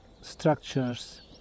structures